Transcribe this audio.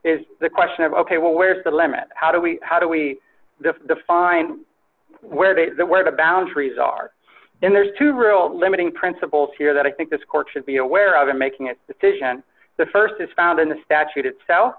is the question of ok well where's the limit how do we how do we define where there where the boundaries are and there's two rule limiting principles here that i think this court should be aware of in making a decision the st is found in the statute itself